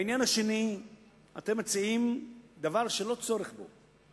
בעניין השני אתם מציעים דבר שאין צורך בו.